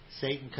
Satan